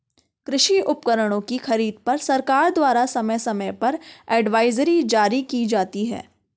कृषि उपकरणों की खरीद पर सरकार द्वारा समय समय पर एडवाइजरी जारी की जाती है